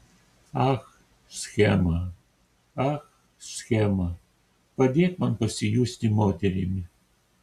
ach schema ach schema padėk man pasijusti moterimi